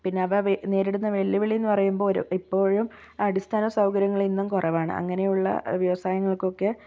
പിന്നെ അവ നേരിടുന്ന വെല്ലുവിളിയെന്ന് പറയുമ്പോൾ ഒരു ഇപ്പോഴും അടിസ്ഥാന സൗകര്യങ്ങൾ ഇന്നും കുറവാണ് അങ്ങനെയുള്ള വ്യവസായങ്ങൾക്കൊക്കെ